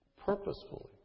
purposefully